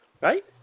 right